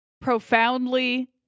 Profoundly